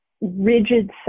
rigid